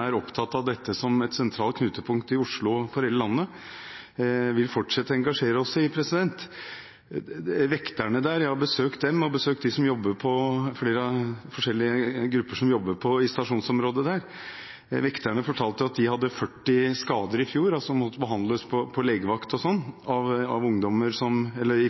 er opptatt av dette som et sentralt knutepunkt i Oslo for hele landet, vil fortsette å engasjere oss i. Vekterne – jeg har besøkt dem og flere forskjellige grupper som jobber i stasjonsområdet – fortalte at de i fjor hadde 40 skader på ungdommer som måtte behandles på legevakt, i